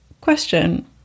Question